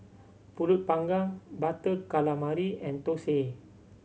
Pulut Panggang Butter Calamari and thosai